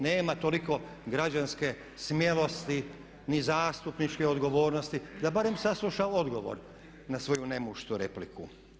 Nema toliko građanske smjelosti ni zastupničke odgovornosti da barem sasluša odgovor na svoju nemuštu repliku.